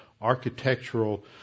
architectural